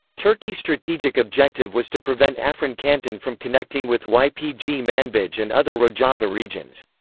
turkey strategic objective was to prevent afrin canton from connecting with ypg manbij and other rojava regions.